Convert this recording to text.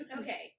Okay